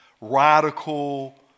radical